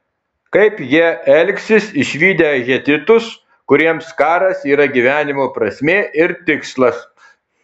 kaip jie elgsis išvydę hetitus kuriems karas yra gyvenimo prasmė ir tikslas